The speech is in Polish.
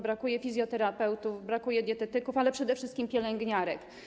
Brakuje fizjoterapeutów, brakuje dietetyków, ale przede wszystkim pielęgniarek.